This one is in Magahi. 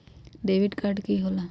डेबिट काड की होला?